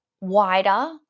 wider